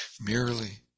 merely